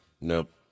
Nope